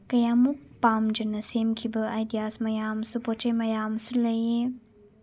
ꯀꯌꯥꯝꯃꯨꯛ ꯄꯥꯝꯖꯅ ꯁꯦꯝꯈꯤꯕ ꯑꯥꯏꯗꯤꯌꯥꯁ ꯃꯌꯥꯝꯁꯨ ꯄꯣꯠ ꯆꯩ ꯃꯌꯥꯝꯁꯨ ꯂꯩ